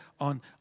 on